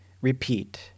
repeat